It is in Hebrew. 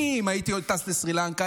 אם אני הייתי טס לסרי לנקה,